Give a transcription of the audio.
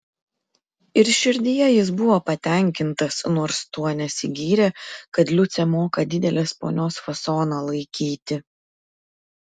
ir širdyje jis buvo patenkintas nors tuo nesigyrė kad liucė moka didelės ponios fasoną laikyti